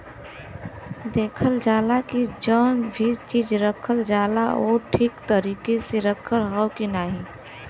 देखल जाला की जौन भी चीज रखल जाला उ ठीक तरीके से रखल हौ की नाही